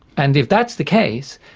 and if that's the case,